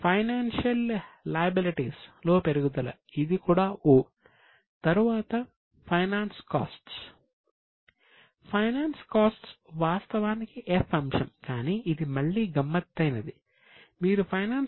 finance costs